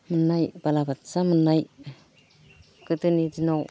मोननाय बालाबाथिया मोननाय गोदोनि दिनाव